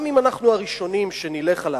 גם אם אנחנו הראשונים שנלך עליו,